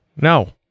No